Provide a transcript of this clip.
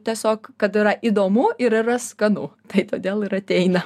tiesiog kad yra įdomu ir yra skanu tai todėl ir ateina